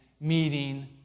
meeting